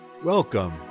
Welcome